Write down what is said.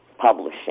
publishing